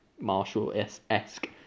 Marshall-esque